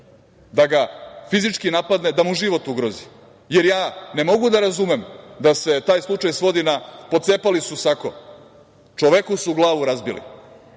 da ga fizički napadne, da mu život ugrozi. Ja ne mogu da razumem da se taj slučaj svodi na - pocepali su sako. Čoveku su glavu razbili.